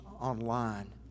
online